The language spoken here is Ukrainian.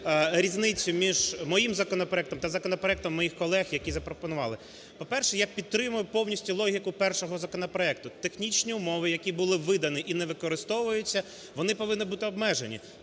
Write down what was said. та законопроектом моїх колег, які запропонували. По-перше, я підтримую повністю логіку першого законопроекту. Технічні умови, які були видані і не використовуються, вони повинні бути обмежені.